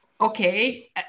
Okay